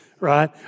right